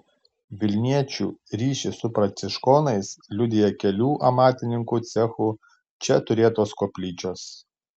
vilniečių ryšį su pranciškonais liudija kelių amatininkų cechų čia turėtos koplyčios